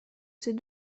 ces